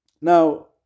now